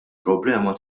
problema